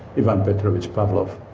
ivan petrovich pavlov.